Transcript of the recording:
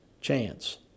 chance